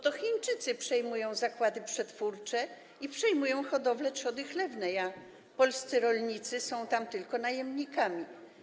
To Chińczycy przejmują zakłady przetwórcze i hodowlę trzody chlewnej, a polscy rolnicy są tam tylko najemnikami.